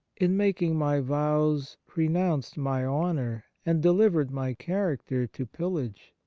in making my vows renounced my honour and delivered my character to pillage?